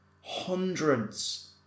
hundreds